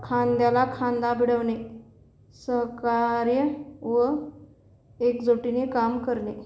खांद्याला खांदा भिडवणे सहका र्य व एकजुटीने काम करणे